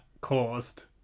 caused